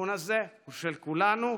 התיקון הזה הוא של כולנו,